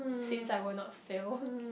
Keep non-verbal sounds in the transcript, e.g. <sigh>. since I will not fail <laughs>